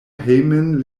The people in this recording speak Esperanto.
hejmen